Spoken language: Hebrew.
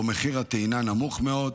שבו מחיר הטעינה נמוך מאוד,